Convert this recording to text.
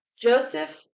Joseph